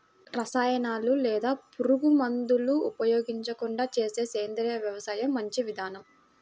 రసాయనాలు లేదా పురుగుమందులు ఉపయోగించకుండా చేసే సేంద్రియ వ్యవసాయం మంచి విధానం